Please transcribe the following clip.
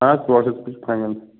آ تُرٛواہ شتھ رۅپیہِ چھِ فاینَل